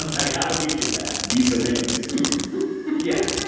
and like, how do we do that? be serena, basically yeah.